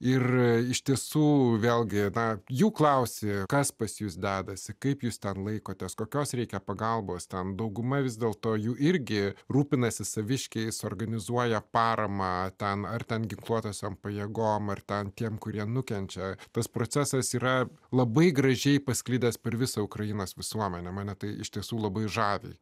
ir iš tiesų vėlgi edą jų klausė kas pas jus dedasi kaip jūs ten laikotės kokios reikia pagalbos tam dauguma vis dėlto jų irgi rūpinasi saviškiais organizuoja paramą tam ar ten ginkluotas m pajėgom ar ten tiems kurie nukenčia tas procesas yra labai gražiai pasklidęs per visą ukrainos visuomenę mane tai iš tiesų labai žavi